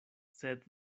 sed